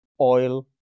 oil